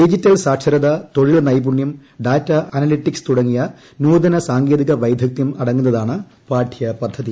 digital സാക്ഷരത തൊഴിൽ നൈപുണ്യം ഡാറ്റാ അനലിറ്റിക്സ് തുടങ്ങിയ നൂതന സാങ്കേതിക വൈദഗ്ധ്യം അടങ്ങുന്നതാണ് പാഠ്യപദ്ധതി